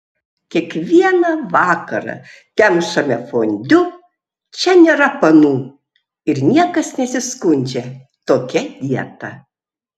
kiekvieną vakarą kemšame fondiu čia nėra panų ir niekas nesiskundžia tokia dieta